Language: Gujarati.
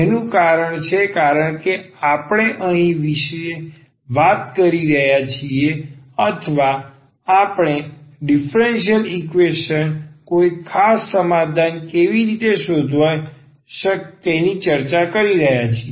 તેનું કારણ છે કારણ કે આપણે અહીં વિશે વાત કરી રહ્યા છીએ અથવા આપણે ડીફરન્સીયલ ઈકવેશન કોઈ ખાસ સમાધાન કેવી રીતે શોધવી તેની ચર્ચા કરી રહ્યા છીએ